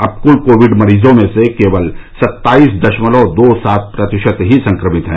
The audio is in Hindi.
अब कल कोविड मरीजों में से केवल सत्ताईस दशमलव दो सात प्रतिशत ही संक्रमित हैं